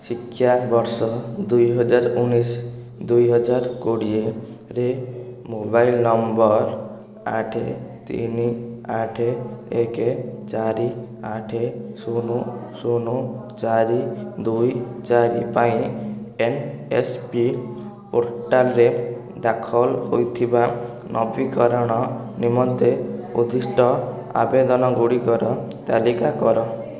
ଶିକ୍ଷାବର୍ଷ ଦୁଇ ହଜାର ଉଣେଇଶ ଦୁଇ ହଜାର କୋଡ଼ିଏରେ ମୋବାଇଲ ନମ୍ବର ଆଠ ତିନି ଆଠ ଏକ ଚାରି ଆଠ ଶୂନ ଶୂନ ଚାରି ଦୁଇ ଚାରି ପାଇଁ ଏନ୍ ଏସ୍ ପି ପୋର୍ଟାଲ୍ରେ ଦାଖଲ ହୋଇଥିବା ନବୀକରଣ ନିମନ୍ତେ ଉଦ୍ଦିଷ୍ଟ ଆବେଦନ ଗୁଡ଼ିକର ତାଲିକା କର